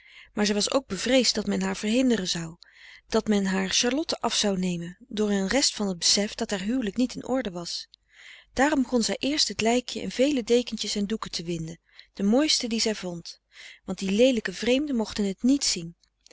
maar zij was ook bevreesd dat men haar verhinderen zou dat men haar charlotte af zou nemen door een rest van t besef dat haar huwelijk niet in orde was daarom begon zij eerst het lijkje in vele dekentjes en doeken te winden de mooiste die zij vond want die leelijke vreemden mochten het niet zien